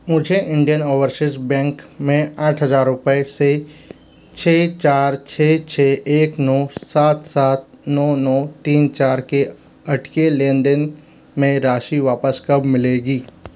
मुझे Indian overseas bank में आठ हज़ार रुपये से छः चार छः छः एक नौ सात सात नौ नौ तीन चार के अटके लेन देन में राशि वापस कब मिलेगी